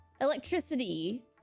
electricity